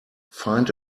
find